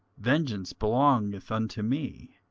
vengeance belongeth unto me,